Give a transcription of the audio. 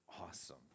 awesome